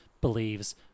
believes